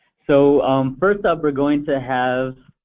so first up we're going to have